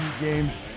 games